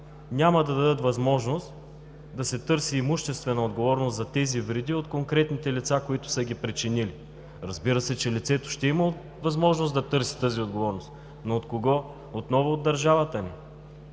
няма да дадат възможност да се търси имуществена отговорност за тези вреди от конкретните лица, които са ги причинили. Разбира се, че лицето ще има възможност да търси тази отговорност, но от кого? Отново от държавата ни.